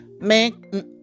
make